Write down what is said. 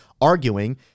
arguing